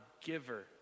giver